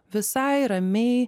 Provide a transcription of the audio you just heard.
visai ramiai